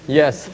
yes